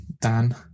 Dan